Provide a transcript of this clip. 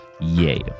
Yay